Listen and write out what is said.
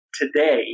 today